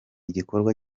igikorwa